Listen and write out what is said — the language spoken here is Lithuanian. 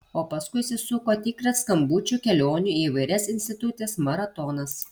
o paskui įsisuko tikras skambučių kelionių į įvairias institucijas maratonas